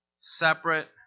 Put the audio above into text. separate